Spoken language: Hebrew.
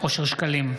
אושר שקלים,